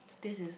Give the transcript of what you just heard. this is